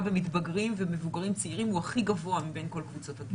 במתבגרים ובמבוגרים צעירים הוא הכי הגבוה מבין כל קבוצות הגיל.